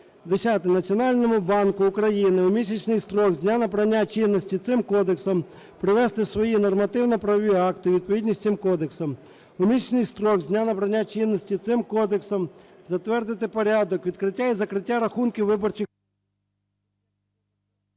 Десяте. Національному банку України: у місячний строк з дня набрання чинності цим Кодексом привести свої нормативно-правові акти у відповідність із цим Кодексом; у місячний строк з дня набрання чинності цим Кодексом затвердити порядок: відкриття і закриття рахунків виборчих…